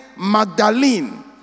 Magdalene